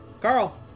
Carl